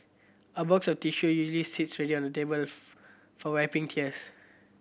a box of tissue usually sits ready on table for wiping tears